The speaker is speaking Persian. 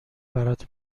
برات